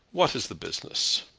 what is the business?